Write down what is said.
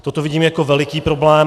Toto vidím jako veliký problém.